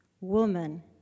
woman